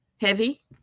Heavy